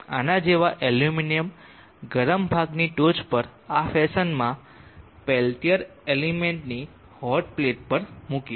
આના જેવા એલ્યુમિનિયમ ગરમ ભાગની ટોચ પર આ ફેશનમાં પેલ્ટીયર એલિમેન્ટની હોટ પ્લેટ પર મુકીશ